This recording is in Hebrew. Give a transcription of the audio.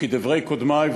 וכדברי קודמי,